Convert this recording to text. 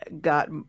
got